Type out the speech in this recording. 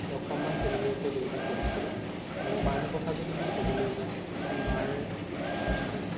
দশমমান শ্ৰেণীলৈকে দেউতাই পঢ়িছিলে আৰু মাৰ কথা যদি মই ক'বলৈ যাওঁ মাৰ